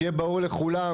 שיהיה ברור לכולם.